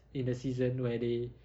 in the season where they